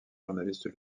journaliste